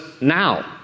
now